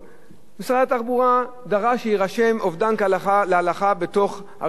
משרד התחבורה דרש שיירשם אובדן להלכה בתוך רשיון הרכב.